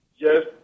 Yes